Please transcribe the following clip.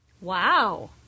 Wow